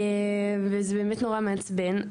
וזה באמת נורא מעצבן,